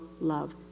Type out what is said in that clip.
love